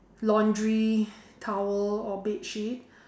laundry towel or bed sheet